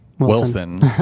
Wilson